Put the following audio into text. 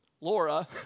Laura